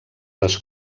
les